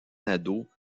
nadeau